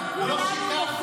לא כולנו נוכלים כמוך,